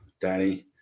Danny